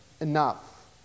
enough